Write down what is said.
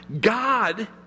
God